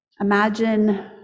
Imagine